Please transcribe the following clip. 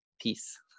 peace